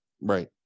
right